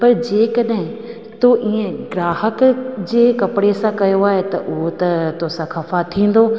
पर जेकॾहिं तूं ईअं ग्राहक जे कपिड़े सां कयो आहे त उहो त तोसां खफ़ा थींदो